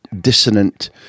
dissonant